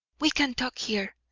we can't talk here,